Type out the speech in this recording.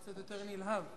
קצת יותר נלהב.